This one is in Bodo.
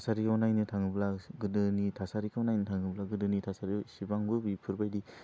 थासारियाव नायनो थाङोब्ला गोदोनि थासारिखौ नायनो थाङोब्ला गोदोनि थासारियाव इसिबांबो बेफोरबायदि